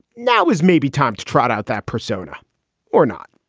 now was maybe time to trot out that persona or not